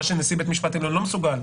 מה שנשיא בית משפט עליון לא מסוגל.